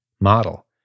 model